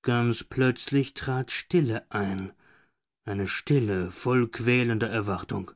ganz plötzlich trat stille ein eine stille voll quälender erwartung